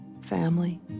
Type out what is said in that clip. family